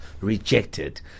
rejected